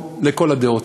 לכל הדעות,